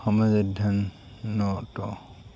সমাজ অধ্যায়নতো